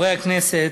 חברי הכנסת,